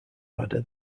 ada